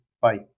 Bye